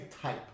type